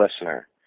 listener